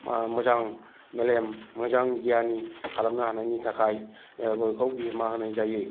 मोजां मेलेम मोजां गियानि खालामनो हानायनि थाखाय बयखौबो बिहोमा होनाय जायो